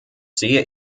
sehe